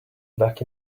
back